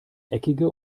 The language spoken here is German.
eckige